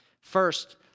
First